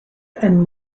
and